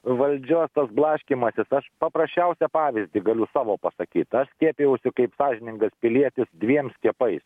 valdžios blaškymąsis aš paprasčiausią pavyzdį galiu savo pasakyt aš skiepijausi kaip sąžiningas pilietis dviem skiepais